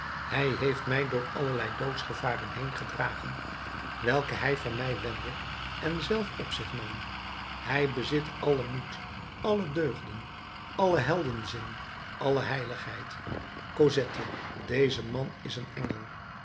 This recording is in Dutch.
hij heeft mij door allerlei doodsgevaren heen gedragen welke hij van mij wendde en zelf op zich nam hij bezit allen moed alle deugden allen heldenzin alle heiligheid cosette deze man is een engel